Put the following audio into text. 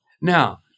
Now